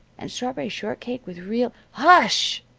and strawberry shortcake with real hush!